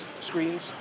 screens